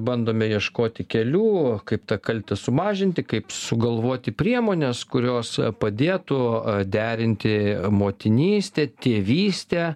bandome ieškoti kelių kaip tą kaltę sumažinti kaip sugalvoti priemones kurios padėtų derinti motinystę tėvystę